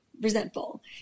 resentful